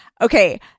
Okay